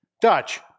Dutch